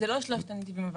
זה לא שלושת הנתיבים.